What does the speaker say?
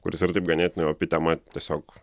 kuris ir taip ganėtinai opi tema tiesiog